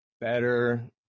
better